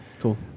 cool